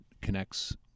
connects